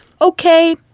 okay